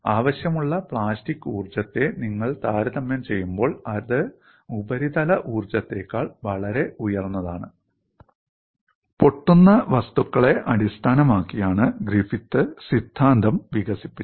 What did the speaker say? ആവശ്യമുള്ള പ്ലാസ്റ്റിക് ഊർജ്ജത്തെ നിങ്ങൾ താരതമ്യം ചെയ്യുമ്പോൾ അത് ഉപരിതല ഊർജ്ജത്തേക്കാൾ വളരെ ഉയർന്നതാണ് പൊട്ടുന്ന വസ്തുക്കളെ അടിസ്ഥാനമാക്കിയാണ് ഗ്രിഫിത്ത് സിദ്ധാന്തം വികസിപ്പിച്ചത്